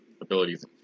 abilities